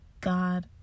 God